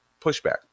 Pushback